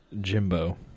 Jimbo